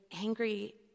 angry